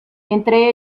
entre